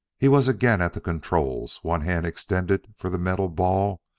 he was again at the controls, one hand extended for the metal ball,